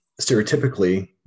stereotypically